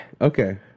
Okay